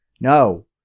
No